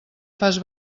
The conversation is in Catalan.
fas